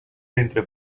dintre